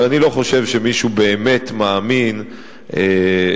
אבל אני לא חושב שמישהו באמת מאמין שלממשלה,